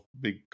big